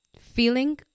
feeling